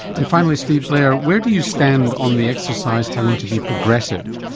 and finally steve blair, where do you stand on the exercise having to be progressive?